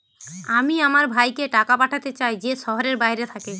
আমি আমার ভাইকে টাকা পাঠাতে চাই যে শহরের বাইরে থাকে